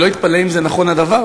אני לא אתפלא אם נכון הדבר,